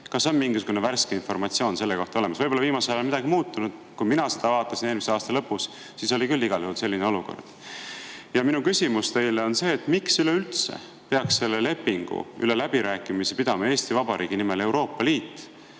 Kas on mingisugune värske informatsioon selle kohta olemas? Võib-olla viimasel ajal on midagi muutunud, aga kui mina seda vaatasin eelmise aasta lõpus, siis oli küll igal juhul selline olukord. Minu küsimus teile on see. Miks üleüldse peaks selle lepingu üle läbirääkimisi pidama Eesti Vabariigi nimel Euroopa Liit?